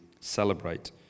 celebrate